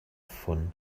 von